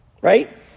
right